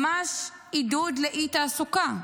ממש עידוד לאי-תעסוקה.